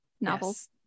novels